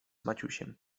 maciusiem